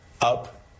up